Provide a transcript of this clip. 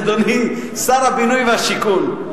אדוני שר הבינוי והשיכון,